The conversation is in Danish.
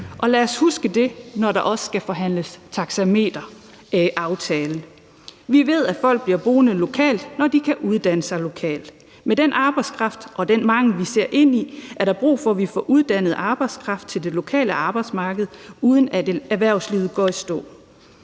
og lad os også huske det, når der skal forhandles en taxameteraftale. Vi ved, at folk bliver boende lokalt, når de kan uddanne sig lokalt, og med den arbejdskraftmangel, som vi ser ind i, er der brug for, at vi får uddannet arbejdskraft til det lokale arbejdsmarked, så erhvervslivet ikke går i stå.